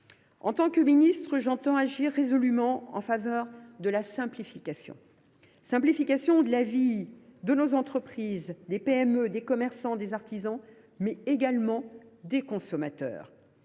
En tant que ministre, j’entends agir résolument en faveur de la simplification. Simplification de la vie de nos entreprises, notamment des PME, des commerçants et des artisans, mais également de celle des consommateurs.